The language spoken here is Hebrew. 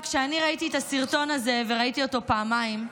כשאני ראיתי את הסרטון הזה, וראיתי אותו פעמיים,